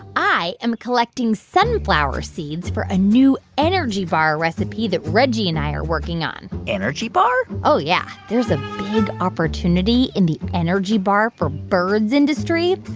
i am collecting sunflower seeds for a new energy bar recipe that reggie and i are working on energy bar? yeah. there's a big opportunity in the energy-bar-for-birds industry.